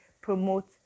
promote